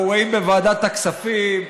אנחנו רואים בוועדת הכספים,